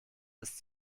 ist